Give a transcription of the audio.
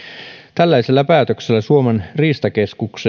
tällaisella päätöksellä suomen riistakeskus